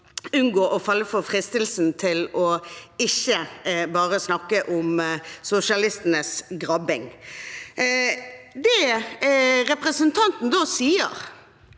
unngå å falle for fristelsen, og ikke bare snakke om sosialistenes grabbing. Det representanten fra